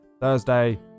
Thursday